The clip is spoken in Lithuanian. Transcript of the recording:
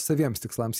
saviems tikslams